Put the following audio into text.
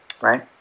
right